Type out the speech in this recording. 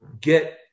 get